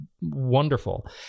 wonderful